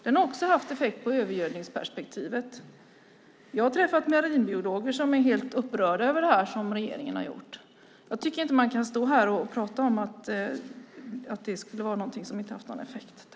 Den har också haft effekt på övergödningsperspektivet. Jag har träffat marinbiologer som är helt upprörda över det som regeringen gjort. Jag tycker inte att man kan står här och prata om att det skulle vara någonting som inte haft någon effekt.